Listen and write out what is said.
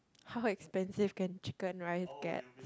how expensive can chicken rice get